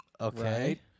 Okay